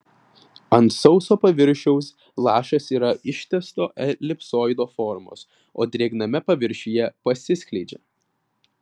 ant sauso paviršiaus lašas yra ištęsto elipsoido formos o drėgname paviršiuje pasiskleidžia